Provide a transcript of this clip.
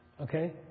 okay